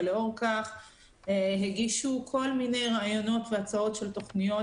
ולאור כך הגישו כל מיני רעיונות והצעות של תכניות,